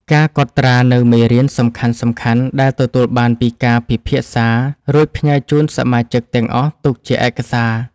ការកត់ត្រានូវមេរៀនសំខាន់ៗដែលទទួលបានពីការពិភាក្សា រួចផ្ញើជូនសមាជិកទាំងអស់ទុកជាឯកសារ។